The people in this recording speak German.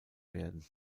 werden